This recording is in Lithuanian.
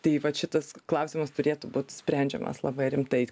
tai vat šitas klausimas turėtų būt sprendžiamas labai rimtai